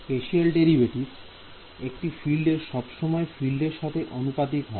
spatial derivative একটি ফিল্ডের সব সময় ফ্রেন্ডের সাথে অনুপাতিক হয়